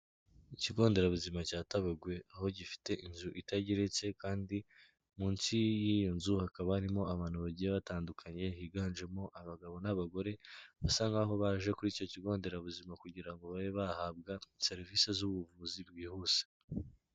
Ikigo nderabuzima cya Tabagwe aho gifite inzu itageretse kandi munsi y'iyo nzu hakaba harimo abantu bagiye batandukanye higanjemo abagabo n'abagore basa nk'aho baje kuri icyo kigo nderabuzima kugira ngo babe bahabwa serivisi z'ubuvuzi bwihuse.